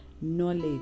knowledge